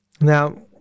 Now